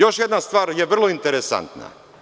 Još jedna stvar je vrlo interesantna.